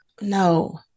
No